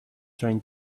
train